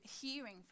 hearing